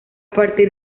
partir